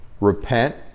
repent